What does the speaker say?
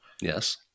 yes